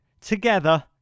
together